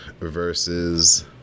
versus